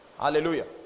hallelujah